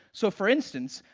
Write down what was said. so for instance,